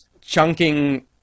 chunking